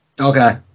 Okay